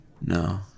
No